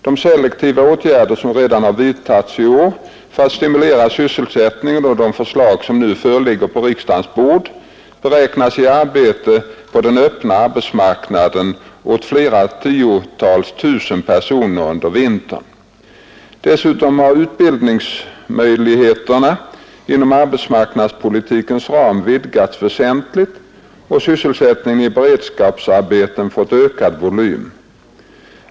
De selektiva åtgärder, som redan har vidtagits i år för att stimulera sysselsättningen, och de förslag som nu ligger på riksdagens bord beräknas ge arbete på den öppna arbetsmarknaden åt flera tiotal tusen personer under vintern. Dessutom har utbildningsmöjligheterna inom arbetmarknadspolitikens ram vidgats väsentligt och sysselsättningen i beredskapsarbeten fått ökad volym.